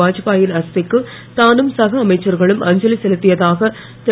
வாத்பாயின் அஸ்திக்கு தானும் சக அமைச்சர்களும் அஞ்சலி செலுத்தியதாக திரு